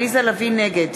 נגד